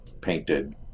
painted